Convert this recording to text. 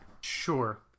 sure